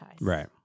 Right